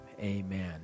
Amen